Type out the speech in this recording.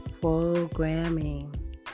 programming